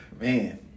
Man